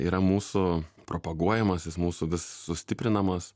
yra mūsų propaguojamas jis mūsų sustiprinamas